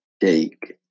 take